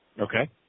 Okay